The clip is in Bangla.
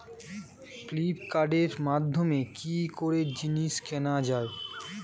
ফ্লিপকার্টের মাধ্যমে কি করে জিনিস কেনা যায়?